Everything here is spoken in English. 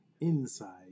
inside